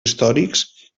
històrics